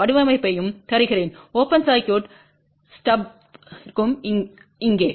வடிவமைப்பையும் தருகிறேன் open circuit ஸ்டபிற்கும் இங்கே